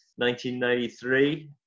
1993